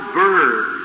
bird